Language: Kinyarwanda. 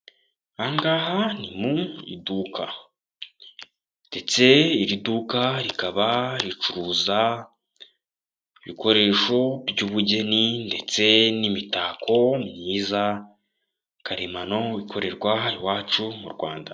Aha ngaha ni mu iduka ndetse iri duka rikaba ricuruza ibikoresho by'ubugeni ndetse n'imitako myiza karemano, bikorerwa iwacu mu Rwanda.